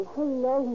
Hello